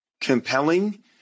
compelling